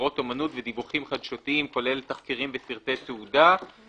יצירות אומנות ודיווחים חדשותיים כולל תחקירים וסרטי תעודה,